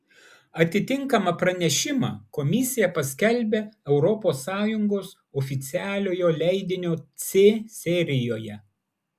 atitinkamą pranešimą komisija paskelbia europos sąjungos oficialiojo leidinio c serijoje